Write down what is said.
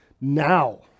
now